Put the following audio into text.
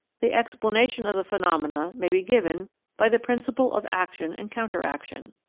the explanation of the phenomena may be given by the principle of action and counter action.